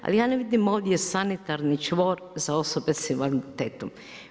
Ali ja ne vidim ovdje sanitarni čvor za osobe sa invaliditetom.